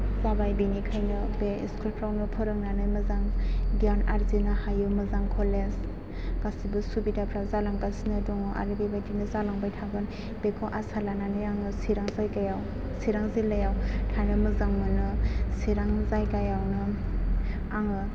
जाबाय बेनिखायनो बे इसकुलफ्रावनो फोरोंनानै मोजां गियान आरजिनो हायो मोजां कलेज गासैबो सुबिदाफ्रा जालांगासिनो दङ आरो बेबायदिनो जालांबाय थागोन बेखौ आसा लानानै आङो चिरां जायगायाव चिरां जिल्लायाव थानो मोजां मोनो चिरां जायगायावनो आङो